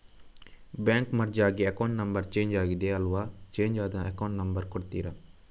Bank merge ಆಗಿ account number change ಆಗಿದೆ ಅಲ್ವಾ, ಚೇಂಜ್ ಆದ ಅಕೌಂಟ್ ನಂಬರ್ ಕೊಡ್ತೀರಾ?